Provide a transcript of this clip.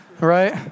right